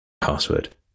password